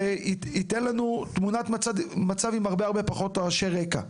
זה ייתן לנו תמונת מצב עם הרבה פחות רעשי רקע.